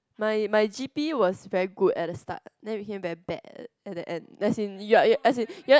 my my G_P was very good at the start then it became very bad at the end as in you're you're as in you're